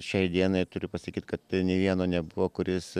šiai dienai turiu pasakyt kad nei vieno nebuvo kuris